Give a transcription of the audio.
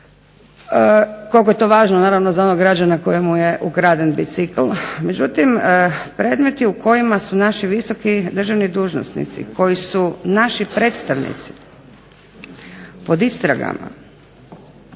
koliko je to važno naravno za onog građana kojemu je ukraden bicikl. Međutim, predmeti u kojima su naši visoki državni dužnosnici koji su naši predstavnici pod istragama